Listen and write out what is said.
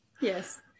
Yes